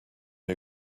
who